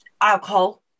alcohol